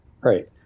Right